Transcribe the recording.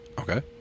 Okay